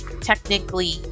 technically